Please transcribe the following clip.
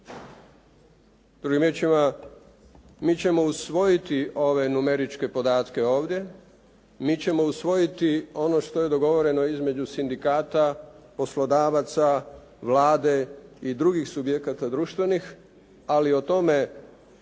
Drugim riječima mi ćemo usvojiti ove numeričke podatke ovdje, mi ćemo usvojiti ono što je dogovoreno između sindikata, poslodavaca, Vlade i drugih subjekata društvenih, ali o tome